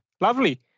Lovely